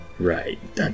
Right